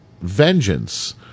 vengeance